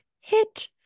hit